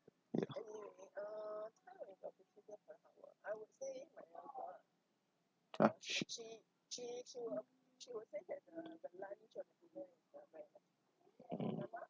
ya !huh!